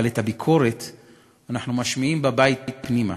אבל את הביקורת אנחנו משמיעים בבית פנימה